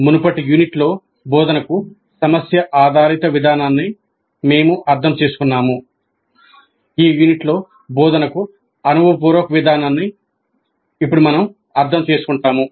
మునుపటి యూనిట్లో బోధనకు సమస్య ఆధారిత విధానాన్ని మేము అర్థం చేసుకున్నాము ఈ యూనిట్లో బోధనకు అనుభవపూర్వక విధానాన్ని మేము అర్థం చేసుకుంటాము